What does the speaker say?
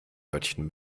wörtchen